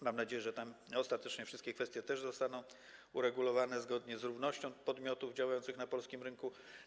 Mam nadzieję, że tam ostatecznie wszystkie kwestie zostaną uregulowane zgodnie z zasadą równości podmiotów działających na polskim rynku.